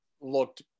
looked